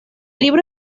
libro